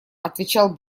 отвечал